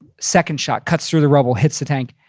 second shot cuts through the rubble, hits the tank.